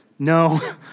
No